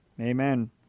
Amen